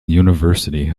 university